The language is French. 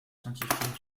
scientifique